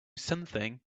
something